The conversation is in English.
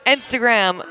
Instagram